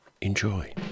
Enjoy